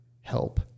help